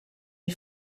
les